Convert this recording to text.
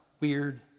weird